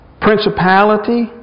principality